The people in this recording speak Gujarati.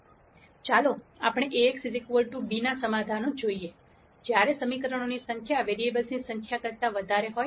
ચાલો આપણે Ax b નો સમાધાન જોઈએ જ્યારે સમીકરણોની સંખ્યા વેરીએબલની સંખ્યા કરતા વધારે હોય